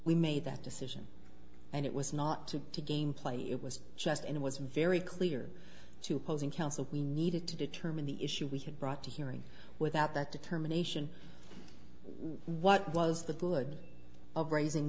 we made that decision and it was not to to gameplay it was just and it was very clear to posing counsel we needed to determine the issue we had brought to hearing without that determination what was the good of raising